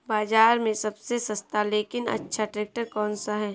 बाज़ार में सबसे सस्ता लेकिन अच्छा ट्रैक्टर कौनसा है?